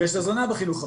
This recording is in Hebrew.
ויש הזנה בחינוך המיוחד.